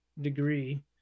degree